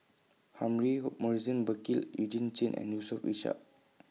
Humphrey Morrison Burkill Eugene Chen and Yusof Ishak